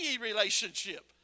relationship